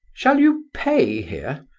shall you pay here?